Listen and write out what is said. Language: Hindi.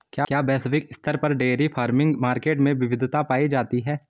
क्या वैश्विक स्तर पर डेयरी फार्मिंग मार्केट में विविधता पाई जाती है?